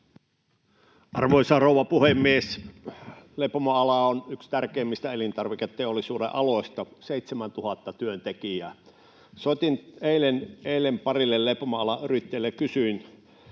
Arvoisa rouva puhemies! Leipomoala on yksi tärkeimmistä elintarviketeollisuuden aloista, 7 000 työntekijää. Soitin eilen parille leipomoalan yrittäjälle ja kysyin,